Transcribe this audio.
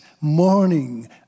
morning